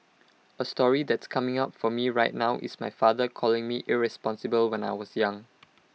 A story that's coming up for me right now is my father calling me irresponsible when I was young